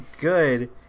good